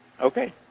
Okay